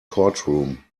courtroom